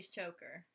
choker